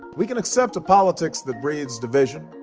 we can accept a politics that breeds division,